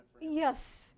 Yes